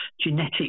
genetic